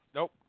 Nope